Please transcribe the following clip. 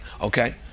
Okay